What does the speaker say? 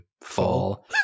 fall